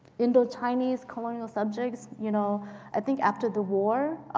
indochinese colonial subjects you know i think after the war,